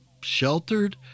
sheltered